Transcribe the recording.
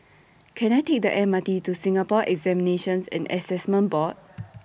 Can I Take The M R T to Singapore Examinations and Assessment Board